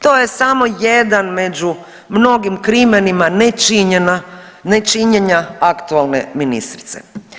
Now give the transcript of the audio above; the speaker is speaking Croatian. To je samo jedan među mnogim crimenima nečinjenja aktualne ministrice.